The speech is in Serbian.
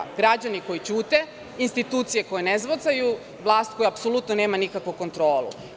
Potrebni su joj građani koji ćute, institucije koje ne zvocaju, vlast koja apsolutno nema nikakvu kontrolu.